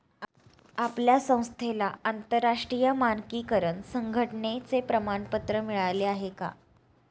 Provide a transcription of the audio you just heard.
आपल्या संस्थेला आंतरराष्ट्रीय मानकीकरण संघटने चे प्रमाणपत्र मिळाले आहे का?